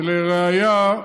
ולראיה,